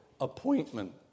appointment